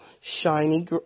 shiny